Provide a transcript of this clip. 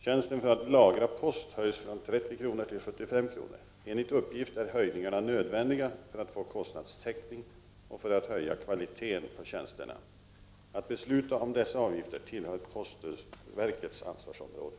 Tjänsten att lagra post höjs från 30 kr. till 75 kr. Enligt uppgift är höjningarna nödvändiga för att få kostnadstäckning och för att höja kvaliteten på tjänsterna. Att besluta om dessa avgifter tillhör postverkets ansvarsområde.